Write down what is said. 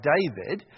David